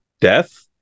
death